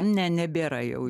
ne nebėra jau